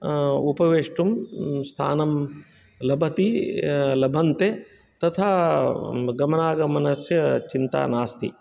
आ उपवेष्टुं स्थानं लभति लभन्ते तथा गमनागमनस्य चिन्ता नास्ति